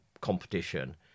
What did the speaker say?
competition